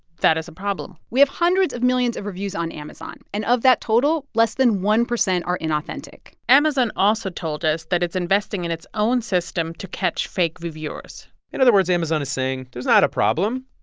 that is a problem we have hundreds of millions of reviews on amazon. and of that total, less than one percent are inauthentic amazon also told us that it's investing in its own system to catch fake reviewers in other words, amazon is saying, there's not a problem,